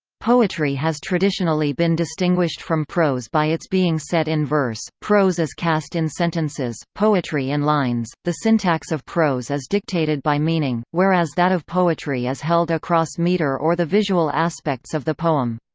poetry has traditionally been distinguished from prose by its being set in verse prose is cast in sentences, poetry in lines the syntax of prose is dictated by meaning, whereas that of poetry is held across meter or the visual aspects of the poem.